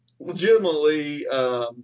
legitimately –